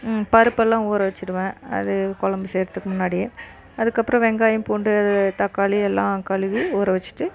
பருப்புலாம் ஊற வச்சிடுவேன் அது குழம்பு செய்கிறதுக்கு முன்னாடியே அதுக்கு அப்புறம் வெங்காயம் பூண்டு தக்காளி எல்லாம் கழுவி ஊற வச்சிட்டு